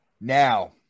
Now